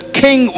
king